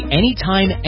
anytime